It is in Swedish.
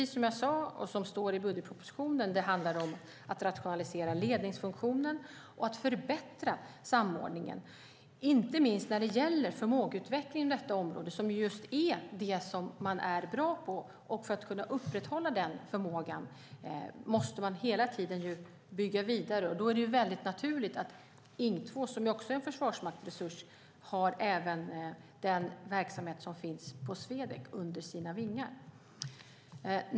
Som jag sade och som det står i budgetpropositionen handlar det om att rationalisera ledningsfunktionen och att förbättra samordningen inte minst när det gäller förmågeutvecklingen på detta område. Det är det som man är bra på. För att kunna upprätthålla den förmågan måste man hela tiden bygga vidare. Det är då naturligt att Ing 2, som också är en Försvarsmaktsresurs, har även den verksamhet som finns på Swedec under sina vingar.